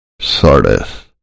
Sardis